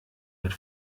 mit